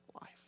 life